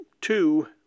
two